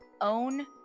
Own